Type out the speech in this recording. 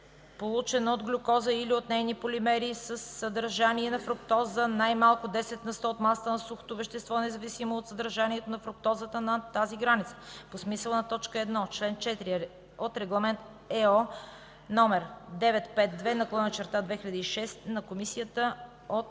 получен от глюкоза или от нейните полимери със съдържание на фруктоза най-малко 10 на сто от масата на сухото вещество, независимо от съдържанието на фруктоза над тази граница, по смисъла на т. 1, чл. 4 от Регламент (ЕО) № 952/2006 на Комисията от